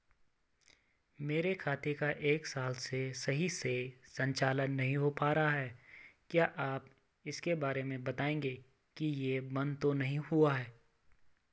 मेरे खाते का एक साल से सही से संचालन नहीं हो पाना रहा है क्या आप इसके बारे में बताएँगे कि ये बन्द तो नहीं हुआ है?